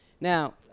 Now